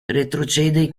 retrocede